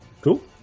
Cool